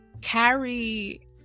carry